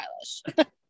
stylish